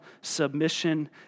submission